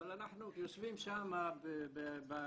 אבל אנחנו יושבים שם בפריפריה,